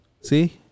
see